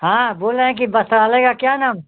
हाँ बोल रहे हैं कि वस्त्रालय का क्या नाम है